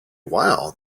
while